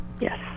Yes